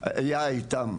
היה איתם,